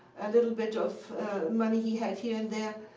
a little bit of money he had here and there.